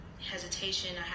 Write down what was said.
hesitation